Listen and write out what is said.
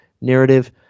narrative